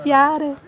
ಯಾರು